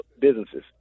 businesses